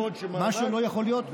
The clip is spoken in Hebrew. מה שלא יכול להיות,